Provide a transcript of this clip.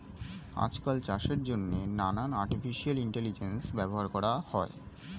আজকাল চাষের জন্যে নানান আর্টিফিশিয়াল ইন্টেলিজেন্স ব্যবহার করা হয়